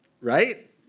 Right